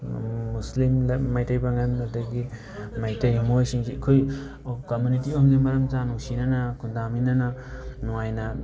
ꯃꯨꯁꯂꯤꯝ ꯃꯩꯇꯩ ꯄꯥꯉꯟ ꯑꯗꯒꯤ ꯃꯩꯇꯩ ꯃꯣꯏꯁꯤꯡꯁꯦ ꯑꯩꯈꯣꯏ ꯀꯃꯨꯅꯤꯇꯤ ꯑꯍꯨꯝꯁꯤ ꯃꯔꯝ ꯆꯥꯅ ꯅꯨꯡꯁꯤꯅꯅ ꯈꯨꯟꯗꯃꯤꯟꯅꯅ ꯅꯨꯡꯉꯥꯏꯅ